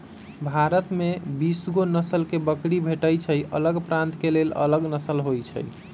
भारत में बीसगो नसल के बकरी भेटइ छइ अलग प्रान्त के लेल अलग नसल होइ छइ